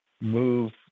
move